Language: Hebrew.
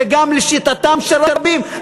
שגם לשיטתם של רבים,